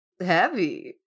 heavy